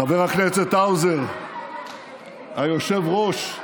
חבר הכנסת האוזר, היושב-ראש,